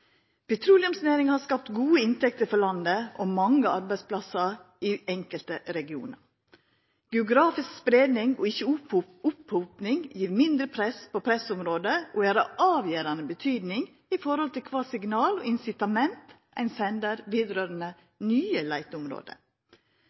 Petroleumsnæringa har skapt gode inntekter for landet og mange arbeidsplassar i enkelte regionar. Geografisk spreiing – og ikkje opphoping – gjev mindre press på pressområde og er av avgjerande betydning for kva signal og incitament ein sender